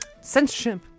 censorship